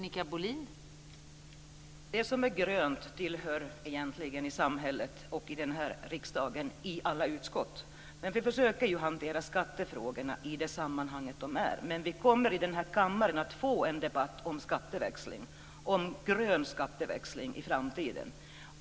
Fru talman! Det som är gröna frågor i samhället och i den här kammaren tillhör alla utskott. Men vi försöker ju att hantera skattefrågorna i de sammanhang där de hör hemma. Men det kommer att bli en debatt i kammaren om grön skatteväxling i framtiden.